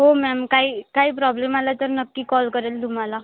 हो मॅम काही काही प्रॉब्लेम आला तर नक्की कॉल करेल तुम्हाला